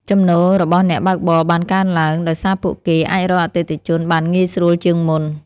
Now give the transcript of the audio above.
ចំណូលរបស់អ្នកបើកបរបានកើនឡើង ដោយសារពួកគេអាចរកអតិថិជនបានងាយស្រួលជាងមុន។